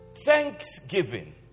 Thanksgiving